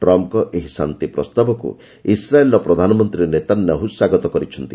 ଟ୍ରମ୍ପଙ୍କ ଏହି ଶାନ୍ତି ପ୍ରସ୍ତାବକୁ ଇସ୍ରାଏଲ୍ର ପ୍ରଧାନମନ୍ତ୍ରୀ ନେତାନ୍ୟାହୁ ସ୍ୱାଗତ କରିଛନ୍ତି